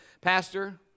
Pastor